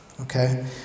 Okay